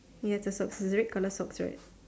ya it's a socks is red colour socks right